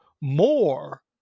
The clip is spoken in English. more